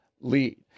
lead